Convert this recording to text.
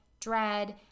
dread